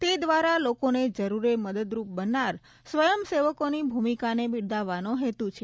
તે દ્વારા લોકોને જરૂરે મદદરૂપ બનનાર સ્વયંસેવકોની ભૂમિકાને બિરદાવવાનો હેતુ છે